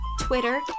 twitter